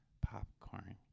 Popcorn